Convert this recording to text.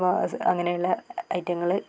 വാ സ അങ്ങനെയുള്ള ഐറ്റങ്ങൾ